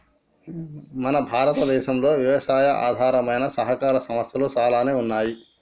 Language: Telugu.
మన భారతదేసంలో యవసాయి ఆధారమైన సహకార సంస్థలు సాలానే ఉన్నాయి